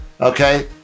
okay